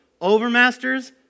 overmasters